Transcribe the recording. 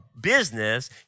business